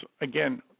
again